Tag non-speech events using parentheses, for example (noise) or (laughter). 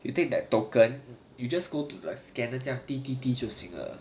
you take that token you just go to the scanner 这样 (noise) 就行